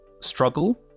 struggle